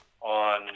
on